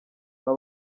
aba